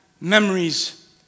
memories